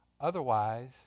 Otherwise